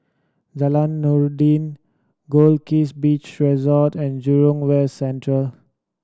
Jalan Noordin Goldkist Beach Resort and Jurong West Central